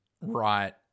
Right